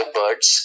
birds